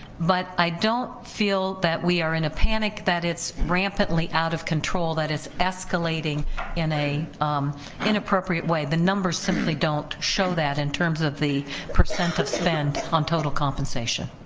but i don't feel that we are in a panic that it's rampantly out of control, that is escalating in inappropriate way, the numbers simply don't show that in terms of the percent of spend on total compensation.